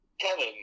Kevin